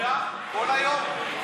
כל היום?